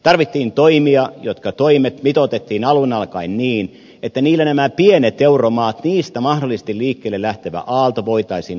tarvittiin toimia jotka mitoitettiin alun alkaen niin että niillä nämä pienet euromaat niistä mahdollisesti liikkeelle lähtevä aalto voitaisiin ottaa kiinni